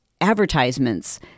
advertisements